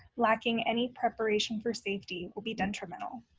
lacking any preparation for safety, will be detrimental.